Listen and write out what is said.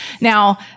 Now